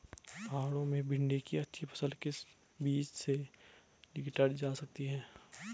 पहाड़ों में भिन्डी की अच्छी फसल किस बीज से लीटर जा सकती है?